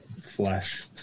flesh